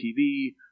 TV